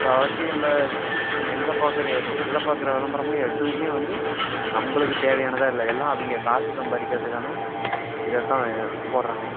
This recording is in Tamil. முக்கால்வாசி நம்ப நம்ப எங்கே பார்க்குற எது எதில் பார்க்குற விளம்பரமும் எதுவுமே வந்து நம்பளுக்கு தேவையானதா இல்லை எல்லாம் அவங்க காசு சம்பாதிக்கிறதுக்கான இதைத்தான் போடுறாங்க